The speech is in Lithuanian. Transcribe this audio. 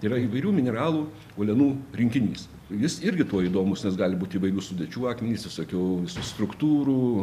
yra įvairių mineralų uolienų rinkinys jis irgi tuo įdomus nes gali būti įvairių sudėčių akmenys visokių visų struktūrų